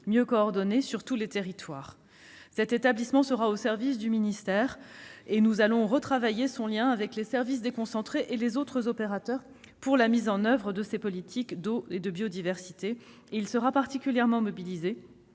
mieux coordonnée, sur tous les territoires. Il sera au service du ministère. Nous allons retravailler ses liens avec les services déconcentrés et les autres opérateurs pour la mise en oeuvre de ses politiques en matière d'eau et de biodiversité. L'office sera particulièrement mobilisé